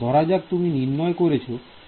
ধরা যাক তুমি নির্ণয় করেছ তুমি এটির শেষ করবে